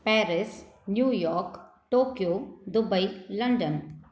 Paris New York Tokyo Dubai London